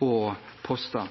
og poster.